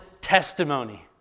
testimony